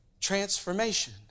Transformation